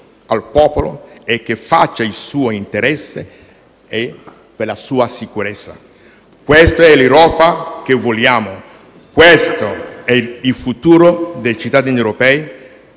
al popolo, che faccia il suo interesse e lavori per la sua sicurezza. Questa è l'Europa che vogliamo. Questo è il futuro dei cittadini europei